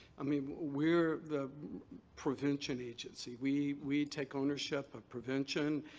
i mean we're the prevention agency. we we take ownership of prevention,